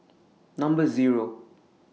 Number Zero